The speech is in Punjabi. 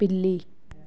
ਬਿੱਲੀ